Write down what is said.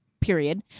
period